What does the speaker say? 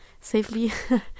safely